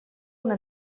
una